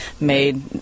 made